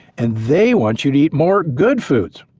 and they want you to eat more good foods.